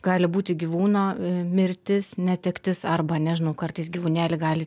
gali būti gyvūno mirtis netektis arba nežinau kartais gyvūnėlį gali